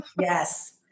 Yes